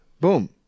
Boom